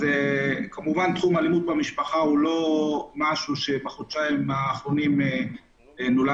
כמובן תחום האלימות במשפחה הוא לא משהו שנולד בחודשיים האחרונים אלא